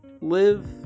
live